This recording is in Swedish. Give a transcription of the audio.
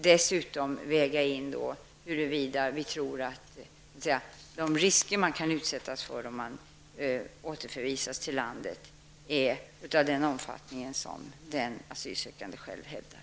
Dessutom får vi väga in huruvida de risker som man kan utsättas för då man återförvisas till sitt land är av den omfattning som den asylsökande själv hävdar.